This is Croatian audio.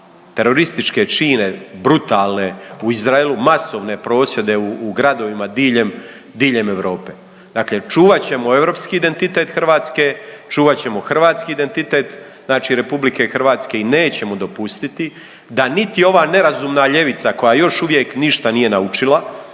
terorističke čine brutalne u Izraelu, masovne prosvjede u gradovima diljem, diljem Europe, dakle čuvat ćemo europski identitet Hrvatske, čuvat ćemo hrvatski identitet, znači RH i nećemo dopustiti da niti ova nerazumna ljevica koja još uvijek ništa nije naučila,